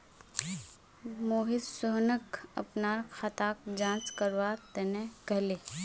मोहित सोहनक अपनार खाताक जांच करवा तने कहले